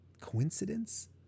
Coincidence